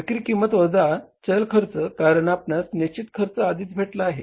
विक्री किंमत वजा चल खर्च कारण आपणास निश्चित खर्च आधीच भेटला आहे